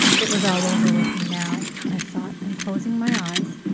it was all over with me now, i thought, and closing my eyes,